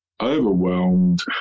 overwhelmed